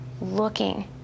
looking